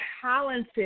talented